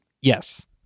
Yes